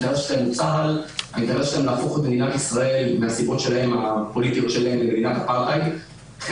אלא להפוך את מדינת ישראל מהסיבות הפוליטיות שלהן למדינת אפרטהייד.